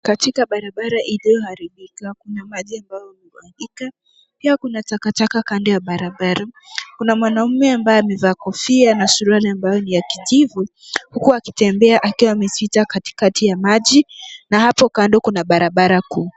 Katika barabara iliyoharibika kuna maji ambayo imemwagika. Pia kuna takataka kando ya barabara. Pia kuna mwanaume ambaye amevaa kofia na suruali ambayo ni ya kijivu huku akitembea akiwa ameficha katikati ya maji na hapo kando kuna barabara kuu.